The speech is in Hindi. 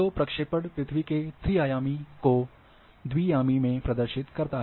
तो प्रक्षेपण पृथ्वी के त्री आयामी को द्वियामी में प्रदर्शित करता है